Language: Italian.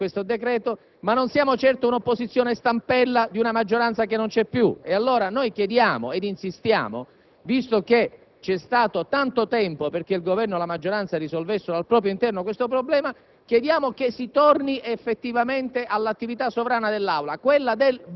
abbiamo assunto una posizione responsabile in quest'Aula sulle votazioni relative a questo decreto-legge, ma non siamo certo un'opposizione stampella di una maggioranza che non c'è più. Allora, insistiamo, visto che c'è stato tanto tempo perché il Governo e la maggioranza risolvessero al proprio interno la questione,